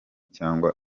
cyangwa